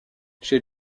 chez